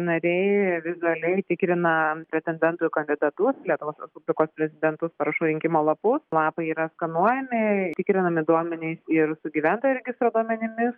nariai vizualiai tikrina pretendentų į kandidatus į lietuvos respublikos prezidentus parašų rinkimo lapus lapai yra skanuojami tikrinami duomenys ir su gyventojų registro duomenimis